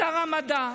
שר המדע,